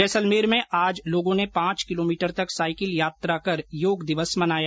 जैसलमेर में आज लोगों ने पांच किलोमीटर तक साइकिल यात्रा कर योग दिवस मनाया